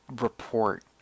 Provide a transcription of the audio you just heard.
report